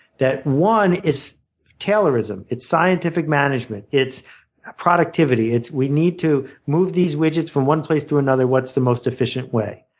that one is taylorism. it's scientific management. it's productivity. we need to move these widgets from one place to another what's the most efficient way?